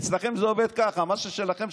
אצלכם זה עובד ככה: מה ששלכם,